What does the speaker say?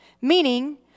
Meaning